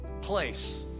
place